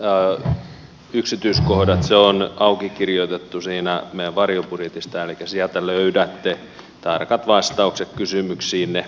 nämä verotuksen yksityiskohdat on aukikirjoitettu siinä meidän varjobudjetissamme elikkä sieltä löydätte tarkat vastaukset kysymyksiinne